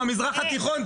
במזרח התיכון,